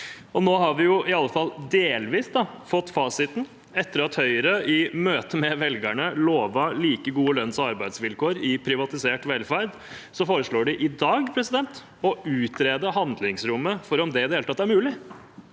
Nå har vi – i alle fall delvis – fått fasiten: Etter at Høyre i møte med velgerne lovet like gode lønns- og arbeidsvilkår i privatisert velferd, foreslår de i dag å utrede handlingsrommet for om det i